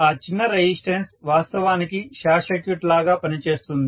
ఆ చిన్న రెసిస్టెన్స్ వాస్తవానికి షార్ట్ సర్క్యూట్ లాగా పని చేస్తుంది